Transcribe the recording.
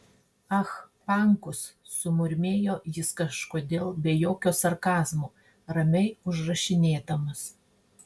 ah pankus sumurmėjo jis kažkodėl be jokio sarkazmo ramiai užrašinėdamas